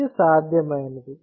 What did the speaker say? ఇది సాధ్యమైనది